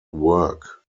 work